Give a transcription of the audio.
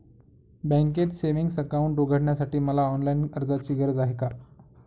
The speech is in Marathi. बँकेत सेविंग्स अकाउंट उघडण्यासाठी मला ऑनलाईन अर्जाची गरज आहे का?